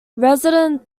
residence